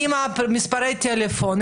עם מספרי טלפון,